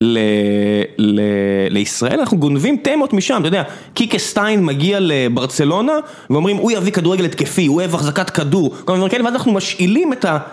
לישראל אנחנו גונבים תמות משם, אתה יודע, קיקה סטיין מגיע לברצלונה ואומרים, הוא יביא כדורגל התקפי, הוא אוהב החזקת כדור, כל מיני דברים כאלה ואז אנחנו משאילים את ה...